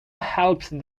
helped